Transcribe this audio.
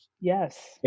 Yes